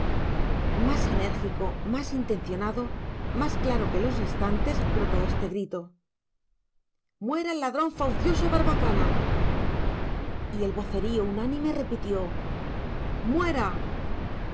más enérgico más intencionado más claro que los restantes brotó este grito muera el ladrón faucioso barbacana y el vocerío unánime repitió